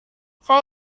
saya